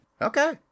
Okay